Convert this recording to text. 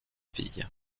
filles